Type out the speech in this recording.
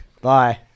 Bye